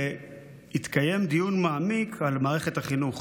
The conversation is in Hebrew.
והתקיים דיון מעמיק על מערכת החינוך.